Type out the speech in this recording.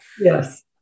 Yes